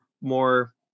more